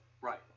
right